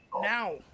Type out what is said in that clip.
Now